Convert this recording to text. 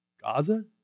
Gaza